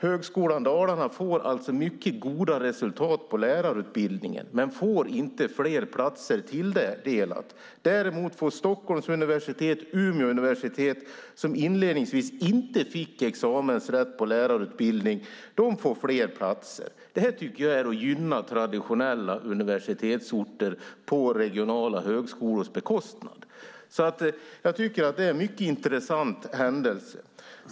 Högskolan Dalarna får alltså mycket goda resultat på lärarutbildningen men blir inte tilldelad fler platser. Däremot får Stockholms universitet och Umeå universitet, som inledningsvis inte fick examensrätt på lärarutbildning, fler platser. Det tycker jag är att gynna traditionella universitetsorter på regionala högskolors bekostnad. Jag tycker att det är en mycket intressant händelse.